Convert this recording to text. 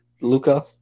Luca